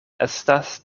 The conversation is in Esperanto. estas